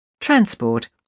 Transport